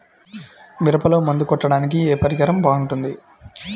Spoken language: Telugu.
మిరపలో మందు కొట్టాడానికి ఏ పరికరం బాగుంటుంది?